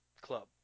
Club